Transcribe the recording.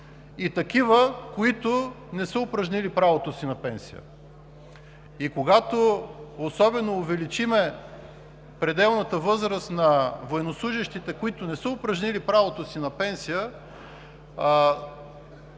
и такива, които не са упражнили правото си на пенсия, и особено, когато увеличим пределната възраст на военнослужещите, които не са упражнили правото си на пенсия,